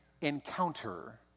encounter